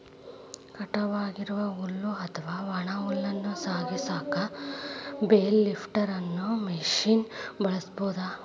ಕಟಾವ್ ಆಗಿರೋ ಹುಲ್ಲು ಅತ್ವಾ ಒಣ ಹುಲ್ಲನ್ನ ಸಾಗಸಾಕ ಬೇಲ್ ಲಿಫ್ಟರ್ ಅನ್ನೋ ಮಷೇನ್ ಬಳಸ್ಬಹುದು